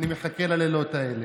אני מחכה ללילות האלה.